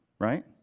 Right